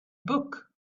book